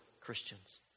Christians